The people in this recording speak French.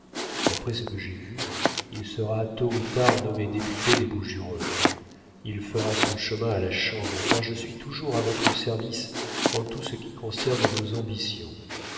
d'après ce que j'ai vu il sera tôt ou tard nommé député des bouches du rhône il fera son chemin à la chambre car je suis toujours à votre service en tout ce qui concerne vos ambitions